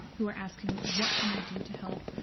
who are asking what can i do to help?